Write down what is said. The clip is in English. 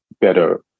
better